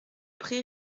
pré